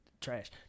trash